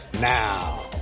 now